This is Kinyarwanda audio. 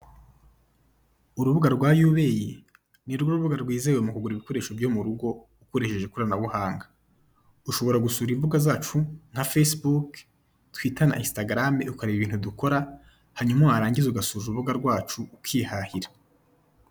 Urubuga rwa Yubeyi ni rwo rubuga rwizewe mu kugura ibikoresho byo mu rugo ukoresheje ikoranabuhanga, ushobora gusura imbuga zacu nka fesibuke, twita na insitagarame ukareba ibintu dukora hanyuma warangiza ugasura urubuga rwacu ukihahira.